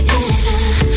Better